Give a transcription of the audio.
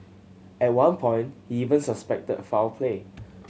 at one point he even suspected foul play